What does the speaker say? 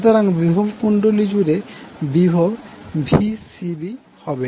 সুতরাং বিভব কুণ্ডলী জুড়ে বিভব Vcbহবে